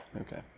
Okay